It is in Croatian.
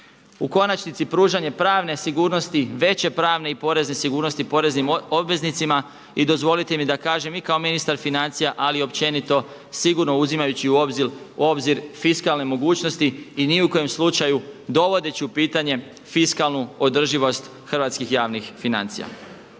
u konačnici pružanje pravne sigurnosti, veće pravne i porezne sigurnosti poreznim obveznicima. I dozvolite mi da kažem i kao ministar financija ali i općenito sigurno uzimajući u obzir fiskalne mogućnosti i ni u kojem slučaju dovodeći u pitanje fiskalnu održivost hrvatskih javnih financija.